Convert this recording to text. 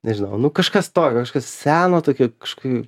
nežinau nu kažkas tokio kažkas seno tokio kažkokio